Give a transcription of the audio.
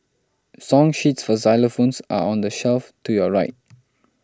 song sheets for xylophones are on the shelf to your right